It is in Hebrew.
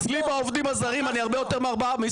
אצלי בעובדים הזרים אני הרבה יותר משכר